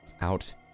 out